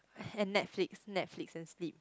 and Netflix Netflix and sleep